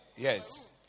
Yes